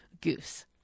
Goose